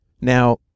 Now